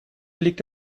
liegt